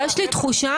יש לי תחושה,